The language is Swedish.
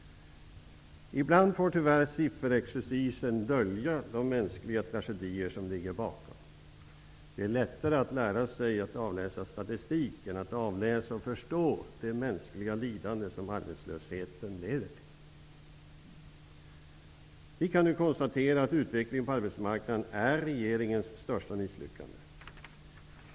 Ibland får tyvärr sifferexercisen dölja de mänskliga tragedier som ligger bakom. Det är lättare att lära sig att avläsa statistik än att avläsa och förstå det mänskliga lidande som arbetslösheten leder till. Vi kan nu konstatera att utvecklingen på arbetsmarknaden är regeringens största misslyckande.